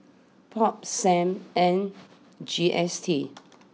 Pop Sam and G S T